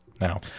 now